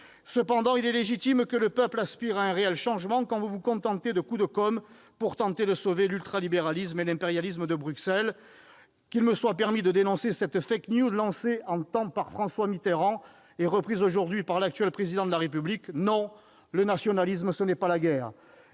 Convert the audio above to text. pourtant légitime que le peuple aspire à un réel changement, quand vous vous contentez de coups de com'pour tenter de sauver l'ultralibéralisme et l'impérialisme de Bruxelles. Qu'il me soit permis de dénoncer cette lancée en son temps par François Mitterrand et reprise aujourd'hui par l'actuel Président de la République : non, le nationalisme, ce n'est pas la guerre